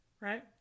right